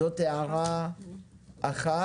זאת הערה אחת.